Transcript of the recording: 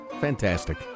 Fantastic